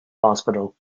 hospital